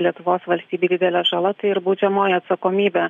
lietuvos valstybei didelė žala tai ir baudžiamoji atsakomybė